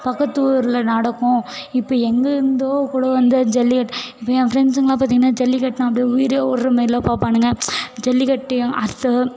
பக்கத்து ஊரில் நடக்கும் இப்போ எங்கே இருந்து கூட வந்து ஜல்லிக்கட்டு இப்போ என் ஃப்ரண்ட்ஸுங்கலாம் பார்த்திங்கனா ஜல்லிக்கட்டுனா அப்படியே உயிர் விடுர்ற மாரிலாம் பார்ப்பானுங்க ஜல்லிக்கட்டையும் அதை